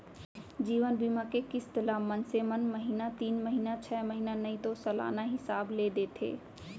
जीवन बीमा के किस्त ल मनसे मन महिना तीन महिना छै महिना नइ तो सलाना हिसाब ले देथे